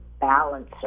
balancer